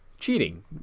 Cheating